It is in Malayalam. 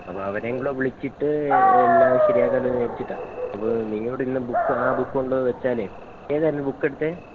അപ്പോൾ അവരെയുംകൂടെ വിളിച്ചിട്ട് എല്ലാം ശരിയാക്കാമല്ലോ എന്ന് വിചാരിച്ചിട്ടാ അപ്പോൾ നിങ്ങൾ ഇവിടെയിരുന്ന ബുക്ക് ആ ബുക്ക് കൊണ്ട് വെച്ചാലേ ഏതായിരുന്നു ബുക്ക് എടുത്തത്